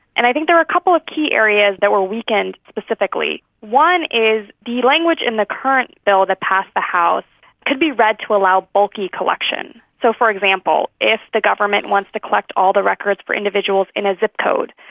and i think there are a couple of key areas that were weakened specifically. one is the language in the current bill that passed the house could be read to allow bulky collection. so, for example, if the government wants to collect all the records for individuals in a zip code,